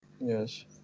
Yes